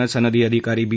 नं सनदी अधिकारी बी